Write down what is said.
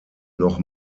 noch